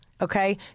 okay